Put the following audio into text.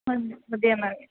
ਹਾਂਜੀ ਵਧੀਆ ਮੈਮ